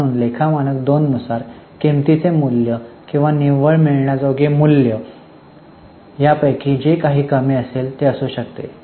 म्हणून लेखा मानक 2 नुसार किंमतीचे मूल्य किंवा निव्वळ मिळण्याजोगे मूल्य यापैकी जे काही कमी असेल ते असू शकते